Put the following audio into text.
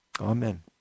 amen